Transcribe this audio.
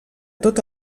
tot